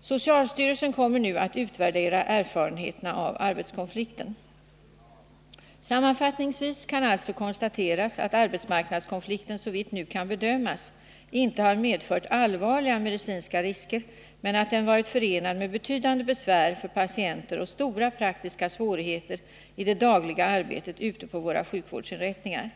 Socialstyrelsen kommer nu att utvärdera erfarenheterna av arbetskonflikten. Sammanfattningsvis kan alltså konstateras att arbetsmarknadskonflikten såvitt nu kan bedömas inte har medfört allvarliga medicinska risker men att den har varit förenad med betydande besvär för patienter och stora praktiska svårigheter i det dagliga arbetet ute på våra sjukvårdsinrättningar.